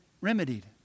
remedied